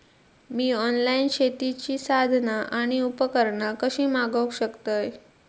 मी online शेतीची साधना आणि उपकरणा कशी मागव शकतय?